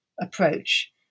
approach